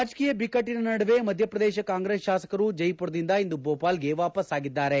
ರಾಜಕೀಯ ಬಿಕ್ಕಟ್ಟನ ನಡುವೆ ಮಧ್ಯಪ್ರದೇಶ ಕಾಂಗ್ರೆಸ್ ಶಾಸಕರು ಜೈಮರದಿಂದ ಇಂದು ಭೋಪಾಲ್ಗೆ ವಾಪಸ್ಸಾಗಿದ್ದಾರೆ